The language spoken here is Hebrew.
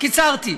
קיצרתי.